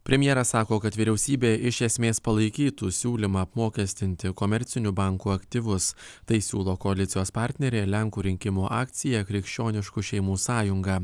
premjeras sako kad vyriausybė iš esmės palaikytų siūlymą apmokestinti komercinių bankų aktyvus tai siūlo koalicijos partnerė lenkų rinkimų akcija krikščioniškų šeimų sąjunga